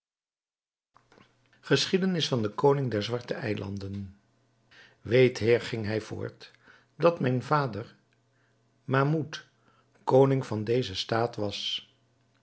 geschiedenis van den koning der zwarte eilanden weet heer ging hij voort dat mijn vader mahmoud koning van dezen staat was